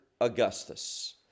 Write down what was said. Augustus